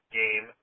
game